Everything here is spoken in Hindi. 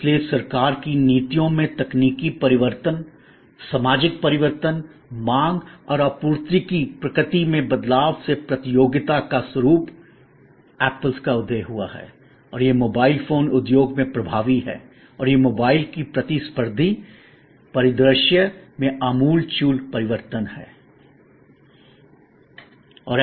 इसलिए सरकार की नीतियों में तकनीकी परिवर्तन सामाजिक परिवर्तन मांग और आपूर्तिकी प्रकृति में बदलाव से प्रतियोगिता का स्वरूप एप्पल apple का उदय हुआ है और यह मोबाइल फोन उद्योग में प्रभावी है और यह मोबाइल के प्रतिस्पर्धी परिदृश्य में आमूल चूल परिवर्तन है